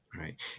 Right